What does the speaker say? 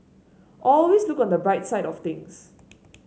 always look on the bright side of things